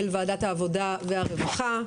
של וועדת העבודה והרווחה.